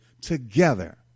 together